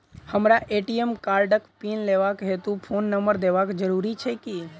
हमरा ए.टी.एम कार्डक पिन लेबाक हेतु फोन नम्बर देबाक जरूरी छै की?